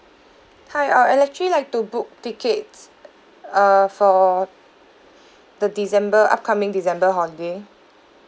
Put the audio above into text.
hi uh I'll actually like to book tickets uh for the december upcoming december holiday